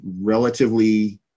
relatively